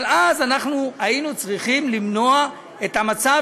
אבל אז אנחנו היינו צריכים למנוע את המצב,